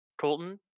Colton